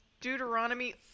Deuteronomy